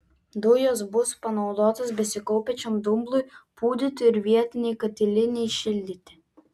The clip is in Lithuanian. dujos bus panaudotos besikaupiančiam dumblui pūdyti ir vietinei katilinei šildyti